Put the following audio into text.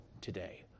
today